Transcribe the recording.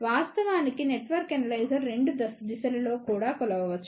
వాస్తవానికి network analyser రెండు దిశలలో కూడా కొలవవచ్చు